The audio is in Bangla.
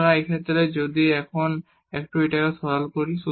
সুতরাং এই ক্ষেত্রে এখন যদি আমরা এটিকে একটু সরল করি